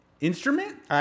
Instrument